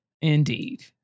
indeed